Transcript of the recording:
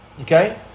Okay